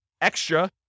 extra